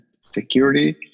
security